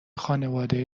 خانواده